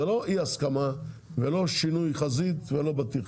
זה לא אי הסכמה ולא שינוי חזית ולא בטיח.